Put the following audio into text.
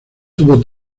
tuvo